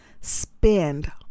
spend